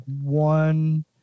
one